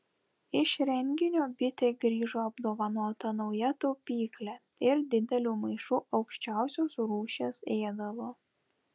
iš renginio bitė grįžo apdovanota nauja taupykle ir dideliu maišu aukščiausios rūšies ėdalo